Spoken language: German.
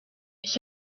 ich